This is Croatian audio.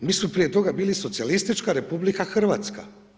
Mi smo prije toga bili Socijalistička Republika Hrvatska.